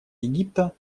египта